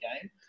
game